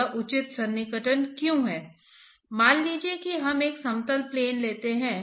वास्तव में governing equations से यह नतीजा निकलेगा कि वास्तव में ऐसा ही है